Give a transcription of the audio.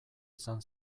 izan